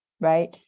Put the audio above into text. right